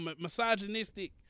misogynistic